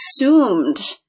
assumed